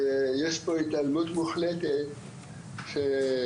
יש פה התעלמות מוחלטת של,